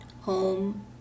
home